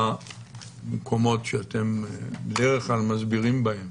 במקומות שאתם בדרך כלל מסבירים בהם